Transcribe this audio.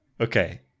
Okay